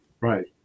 Right